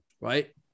right